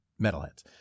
metalheads